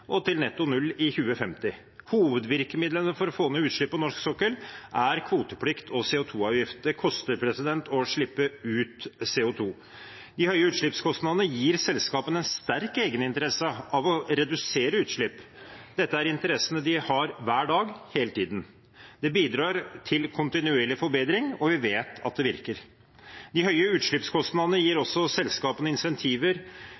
og til netto null i 2050. Hovedvirkemidlene for å få ned utslipp på norsk sokkel er kvoteplikt og CO 2 -avgift. Det koster å slippe ut CO 2 . De høye utslippskostnadene gir selskapene en sterk egeninteresse av å redusere utslipp. Dette er interessene de har hver dag, hele tiden. Det bidrar til kontinuerlig forbedring, og vi vet at det virker. De høye utslippskostnadene gir